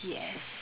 yes